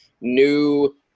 new